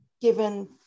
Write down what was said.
given